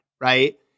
Right